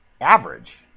average